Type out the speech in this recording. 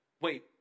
wait